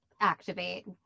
Activate